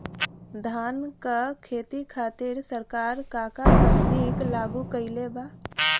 धान क खेती खातिर सरकार का का तकनीक लागू कईले बा?